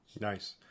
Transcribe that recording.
Nice